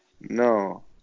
No